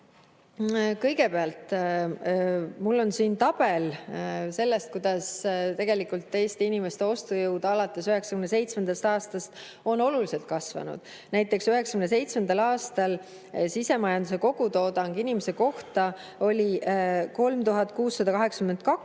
Kõigepealt, mul on siin tabel selle kohta, kuidas Eesti inimeste ostujõud alates 1997. aastast on oluliselt kasvanud. Näiteks oli 1997. aastal sisemajanduse kogutoodang inimese kohta 3682